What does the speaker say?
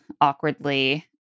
awkwardly